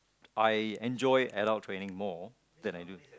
I enjoy adult training more than I do